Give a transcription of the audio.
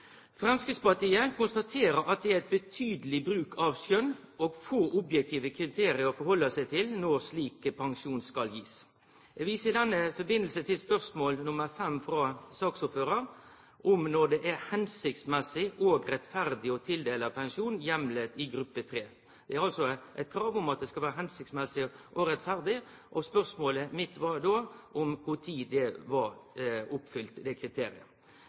Framstegspartiet konstaterer at det er ein betydeleg bruk av skjønn og få objektive kriterium å halde seg til når slik pensjon skal bli gitt. Eg viser her til spørsmål nr. 5 frå saksordføraren, om når det er «hensiktsmessig og rettferdig» å tildele pensjon heimla i gruppe 3. Det er altså eit krav om at det skal vere «hensiktsmessig og rettferdig», og spørsmålet mitt var då om når det kriteriet var oppfylt.